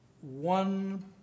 one